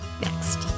next